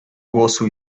głosu